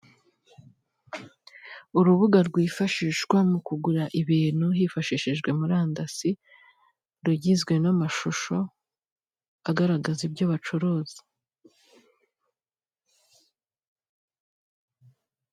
Iri iduka ricururizwamo ibintu bigiye bitandukanye harimo ibitenge abagore bambara bikabafasha kwirinda kugaragaza ubwambure bwabo.